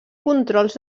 controls